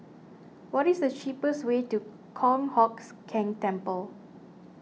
what is the cheapest way to Kong Hocks Keng Temple